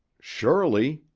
surely,